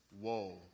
Whoa